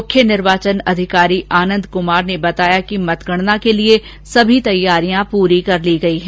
मुख्य निर्वाचन अधिकारी आनंद कुमार ने बताया कि मतगणना को लेकर सभी तैयारियां पूरी कर ली गयी है